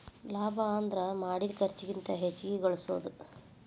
ಲಾಭ ಅಂದ್ರ ಮಾಡಿದ್ ಖರ್ಚಿಗಿಂತ ಹೆಚ್ಚಿಗಿ ಗಳಸೋದು